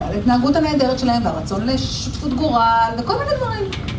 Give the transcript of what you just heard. ההתנהגות הנהדרת שלהם, והרצון לשותפות גורל, וכל מיני דברים.